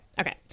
okay